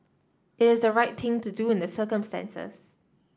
it's the right thing to do in the circumstances